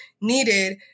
needed